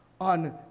on